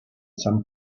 some